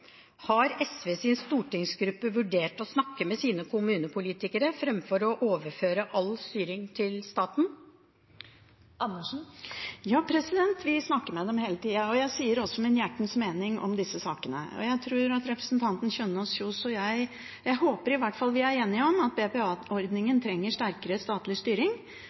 som SV styrer. Har SVs stortingsgruppe vurdert å snakke med sine kommunepolitikere fremfor å overføre all styring til staten? Ja, vi snakker med dem hele tida, og jeg sier også min hjertens mening om disse sakene. Jeg tror – jeg håper i hvert fall – at representanten Kjønaas Kjos og jeg er enige om at BPA-ordningen trenger sterkere statlig styring,